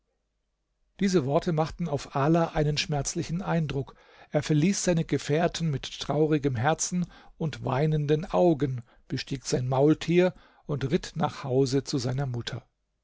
diese worte machten auf ala einen schmerzlichen eindruck er verließ seine gefährten mit traurigem herzen und weinenden augen bestieg sein maultier und ritt nach hause zu seiner mutter